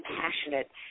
passionate